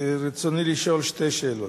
רצוני לשאול שתי שאלות.